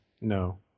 No